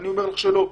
אני אומר לך שלא.